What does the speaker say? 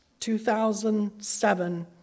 2007